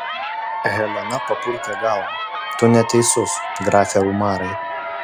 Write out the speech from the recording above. helena papurtė galvą tu neteisus grafe umarai